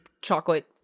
chocolate